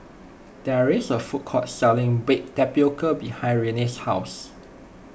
there is a food court selling Baked Tapioca behind Reina's house